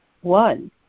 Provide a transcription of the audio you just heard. one